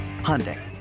Hyundai